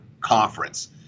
conference